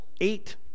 eight